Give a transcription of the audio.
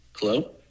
Hello